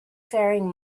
faring